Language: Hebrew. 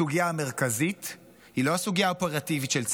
הסוגיה המרכזית היא לא הסוגיה האופרטיבית של צה"ל,